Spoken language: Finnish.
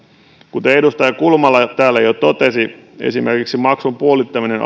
kuten edustaja kulmala täällä jo totesi esimerkiksi maksun puolittaminen